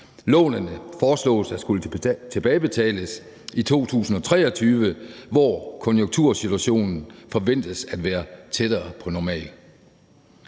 Lånene foreslås at skulle tilbagebetales i 2023, hvor konjunktursituationen forventes at være tættere på normal.